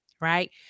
right